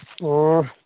ᱚᱻ